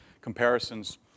comparisons